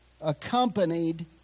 accompanied